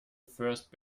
first